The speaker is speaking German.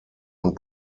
und